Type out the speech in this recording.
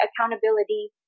accountability